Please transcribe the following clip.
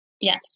Yes